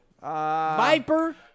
Viper